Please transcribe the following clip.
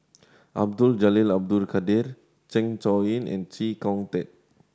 Abdul Jalil Abdul Kadir Zeng Shouyin and Chee Kong Tet